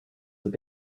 that